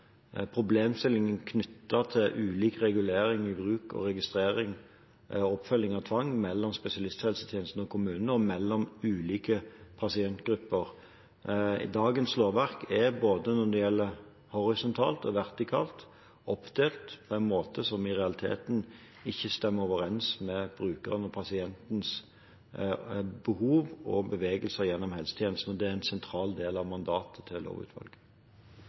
oppfølging av tvang i spesialisthelsetjenesten og kommunene og blant ulike pasientgrupper. Dagens lovverk er – både horisontalt og vertikalt – oppdelt på en måte som i realiteten ikke stemmer overens med brukernes, pasientenes, behov og bevegelser gjennom helsetjenesten, og det er en sentral del av mandatet til lovutvalget.